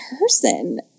person